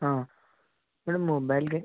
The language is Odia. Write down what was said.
ହଁ ମ୍ୟାଡ଼ାମ୍ ମୋବାଇଲରେ